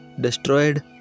destroyed